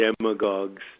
demagogues